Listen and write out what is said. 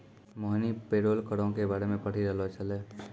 मोहिनी payroll करो के बारे मे पढ़ि रहलो छलै